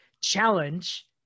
challenge